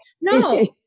no